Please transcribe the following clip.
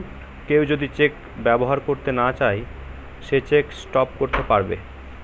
কেউ যদি চেক ব্যবহার না করতে চাই সে চেক স্টপ করতে পারবে